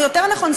או יותר נכון,